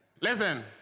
Listen